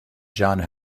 john